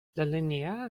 l’alinéa